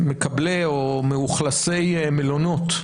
מאוכלסי מלונות,